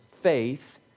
faith